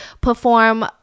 perform